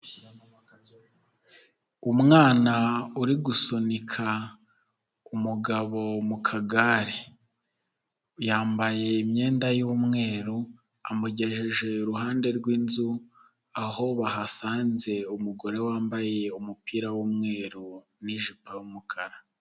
Umwana uri gusunika umugabo mu kagare, yambaye imyenda y'umweru, amugejeje iruhande rw'inzu aho bahasanze umugore wambaye umupira w'umweru n'jipo y'umukara.